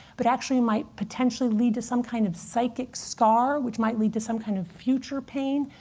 but actually might potentially lead to some kind of psychic scar, which might lead to some kind of future pain.